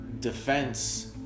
defense